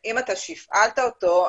אם שפעלת אותו,